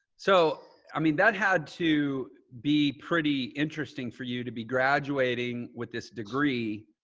so, i mean, that had to be pretty interesting for you to be graduating with this degree.